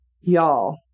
Y'all